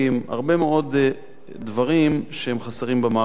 הרבה מאוד דברים שחסרים במערכת,